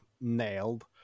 nailed